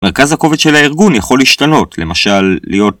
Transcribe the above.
מרכז הכובד של הארגון יכול להשתנות, למשל להיות...